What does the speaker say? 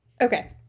Okay